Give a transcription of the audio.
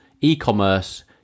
e-commerce